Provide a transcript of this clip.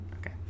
Okay